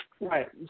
Right